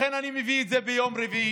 לכן אני מביא את זה ביום רביעי.